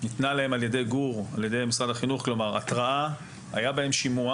בהם נמצאו חומרים מסיתים שקיבלו התראה לפני שימוע